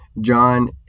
John